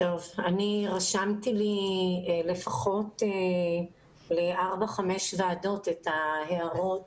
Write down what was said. אני רשמתי לי לפחות ארבע-חמש ועדות את ההערות